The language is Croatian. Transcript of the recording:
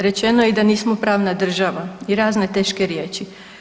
Rečeno je i da nismo pravna država i razne teške riječi.